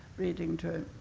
reading to